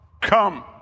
come